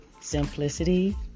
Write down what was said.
Simplicity